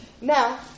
Now